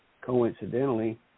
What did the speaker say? Coincidentally